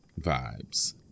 vibes